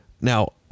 Now